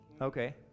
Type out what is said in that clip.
Okay